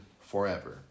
forever